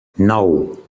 nou